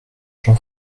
jean